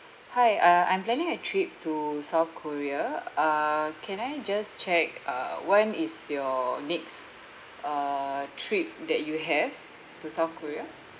hi uh I'm planning a trip to south korea uh can I just check uh when is your next uh trip that you have to south korea